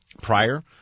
Prior